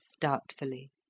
doubtfully